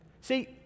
See